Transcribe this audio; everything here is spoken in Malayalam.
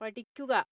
പഠിക്കുക